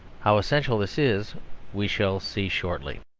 how essential this is we shall see shortly.